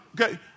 okay